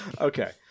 Okay